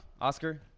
Oscar